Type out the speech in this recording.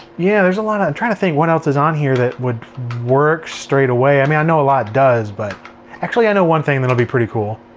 yeah. there's a lot of, i'm trying to think what else is on here that would work straight away. i mean i know a lot does, but actually i know one thing that'll be pretty cool.